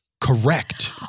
Correct